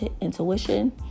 intuition